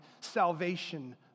salvation